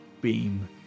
beam